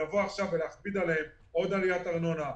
לבוא עכשיו ולהכביד עליהם בעוד עליית ארנונה,